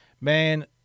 Man